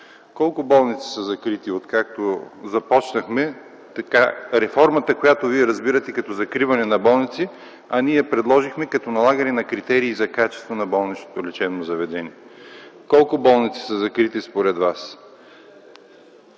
Колко болници са закрити, откакто започнахме реформата, която вие разбирате като закриване на болници, а ние предложихме като налагане на критерии за качество на болничните лечебни заведения? Колко болници са закрити според Вас?